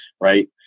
right